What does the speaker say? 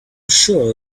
sure